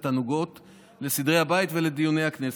הנוגעות לסדרי הבית ולדיוני הכנסת.